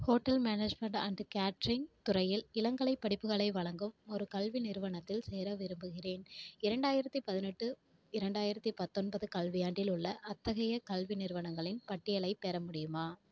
hotel management and catering துறையில் இளங்கலைப் படிப்புகளை வழங்கும் ஒரு கல்வி நிறுவனத்தில் சேர விரும்புகிறேன் இரண்டாயிரத்து பதினெட்டு இரண்டாயிரத்து பத்தொன்பது கல்வியாண்டில் உள்ள அத்தகைய கல்வி நிறுவனங்களின் பட்டியலைப் பெற முடியுமா